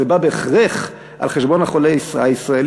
זה בא בהכרח על חשבון החולה הישראלי,